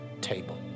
table